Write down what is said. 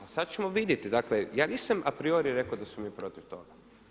A sad ćemo vidjeti, dakle ja nisam a priori rekao da smo mi protiv toga.